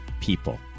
people